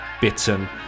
Bitten